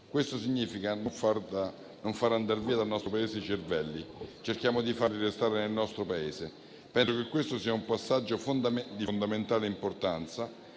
Questo significa non far andar via dal nostro Paese i cervelli. Cerchiamo di farli restare nel nostro Paese. Penso che questo sia un passaggio di fondamentale importanza,